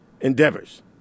endeavors